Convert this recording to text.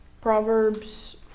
Proverbs